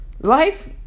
Life